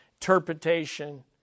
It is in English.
interpretation